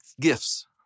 gifts